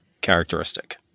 characteristic